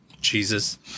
Jesus